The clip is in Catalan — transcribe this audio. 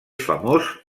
famós